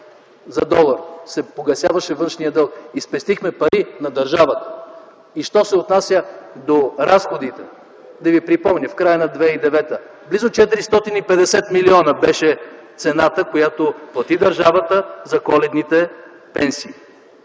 за долар се погасяваше външният дълг. И спестихме пари на държавата! Що се отнася до разходите, да ви припомня: в края на 2009 г. близо 450 млн. лв. беше цената, която плати държавата за Коледните пенсии,